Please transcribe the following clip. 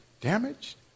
Damaged